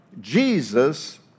Jesus